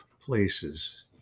places